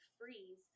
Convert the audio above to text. freeze